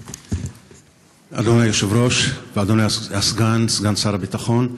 אדוני היושב-ראש ואדוני הסגן, סגן שר הביטחון,